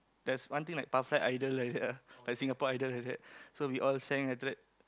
there's one thing like perfect idol like that ah like Singapore-Idol like that so we all sang after that